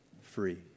free